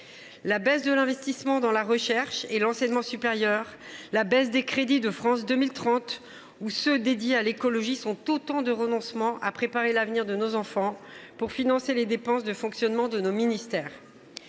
La baisse de l’investissement dans la recherche et l’enseignement supérieur, la baisse des crédits de France 2030 ou de ceux qui sont consacrés à l’écologie sont autant de renoncements à préparer l’avenir de nos enfants, pour financer les dépenses de fonctionnement de nos ministères.